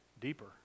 deeper